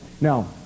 Now